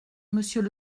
monsieur